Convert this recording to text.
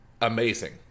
amazing